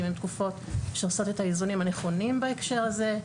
הן תקופות שעושות את האיזונים הנכונים בהקשר הזה,